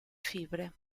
fibre